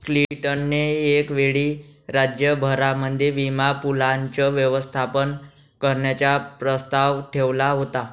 Clinton ने एक वेळी राज्य भरामध्ये विमा पूलाचं व्यवस्थापन करण्याचा प्रस्ताव ठेवला होता